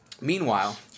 Meanwhile